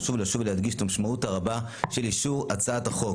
חשוב לשוב ולהדגיש את המשמעות הרבה של אישור הצעת החוק,